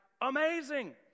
amazing